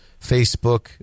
Facebook